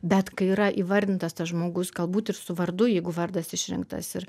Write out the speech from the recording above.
bet kai yra įvardintas tas žmogus galbūt ir su vardu jeigu vardas išrinktas ir